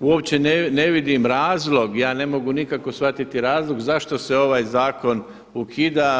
uopće ne vidim razlog, ja ne mogu nikako shvatiti razlog zašto se ovaj zakon ukida.